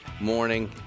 morning